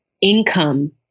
income